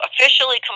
officially